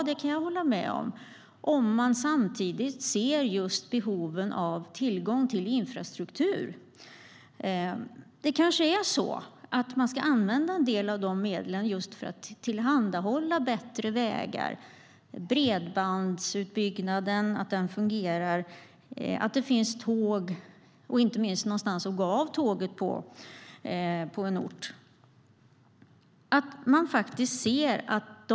Det kan jag hålla med om, om man samtidigt ser behoven av tillgång till infrastruktur. Man kanske ska använda en del av de medlen för att tillhandahålla bättre vägar, se till att bredbandsutbyggnaden fungerar, att det finns tåg och inte minst att det på en ort finns någonstans att gå av tåget.